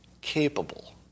capable